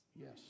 Yes